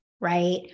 right